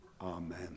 Amen